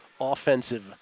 offensive